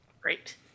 Great